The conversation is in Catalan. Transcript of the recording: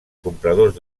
compradors